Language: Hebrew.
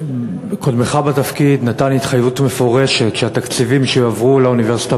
קודמך בתפקיד נתן התחייבות מפורשת שהתקציבים שיועברו לאוניברסיטה